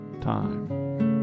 time